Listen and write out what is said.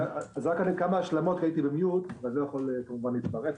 כמה השלמות, כי לא יכולתי להתפרץ.